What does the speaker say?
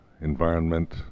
environment